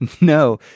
No